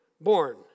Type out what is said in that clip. born